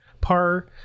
par